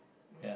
yeah